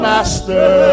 Master